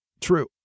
true